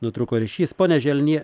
nutrūko ryšys ponia želnie